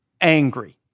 angry